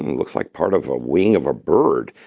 and looks like part of a wing of a bird.